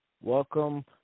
welcome